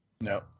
No